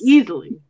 Easily